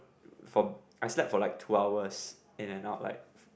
for I slept for like two hours in and out like